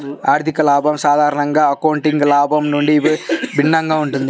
ఆర్థిక లాభం సాధారణంగా అకౌంటింగ్ లాభం నుండి భిన్నంగా ఉంటుంది